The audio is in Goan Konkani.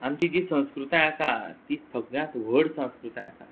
आमची जी संस्कृताय आसा ती सगळ्यांत व्हड संस्कृताय आसा